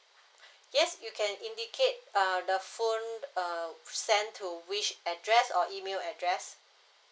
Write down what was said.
yes you can indicate uh the phone uh sent to which address or email address